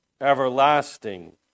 Everlasting